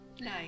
Nice